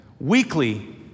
Weekly